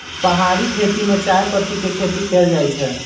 पहारि खेती में चायपत्ती के खेती कएल जाइ छै